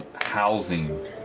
housing